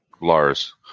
Lars